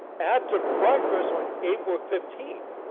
after breakfast on april fifteen,